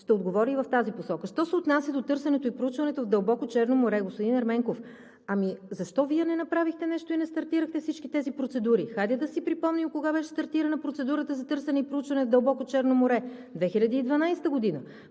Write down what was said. Ще отговоря и в тази посока. Що се отнася до търсенето и проучването в дълбоко Черно море. Господин Ерменков, ами защо Вие не направихте нещо и не стартирахте всички тези процедури? Хайде да си припомним кога беше стартирана процедурата за търсене и проучване в дълбоко Черно море – 2012 г.